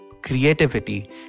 creativity